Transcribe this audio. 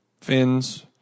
fins